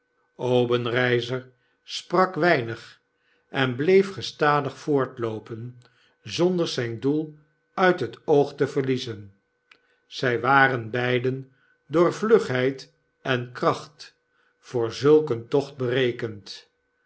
obenreizer sprak weinig en bleef ge stadig voortloopen zonder zyn doel uit het oog te verliezen zy waren beiden door vlugheid en kracht voor zulk een tocht berekend